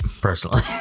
personally